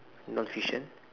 non fiction